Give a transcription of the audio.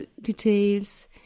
details